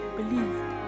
believed